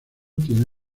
tiene